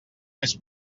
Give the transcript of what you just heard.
més